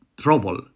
Trouble